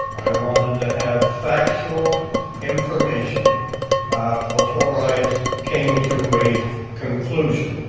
i wanted to have factual information before i came to a conclusion.